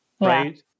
right